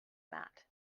mat